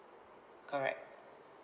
correct